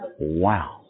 wow